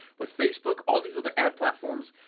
with facebook, all these other ad platforms,